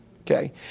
Okay